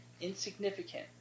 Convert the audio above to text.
insignificant